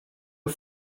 are